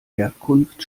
herkunft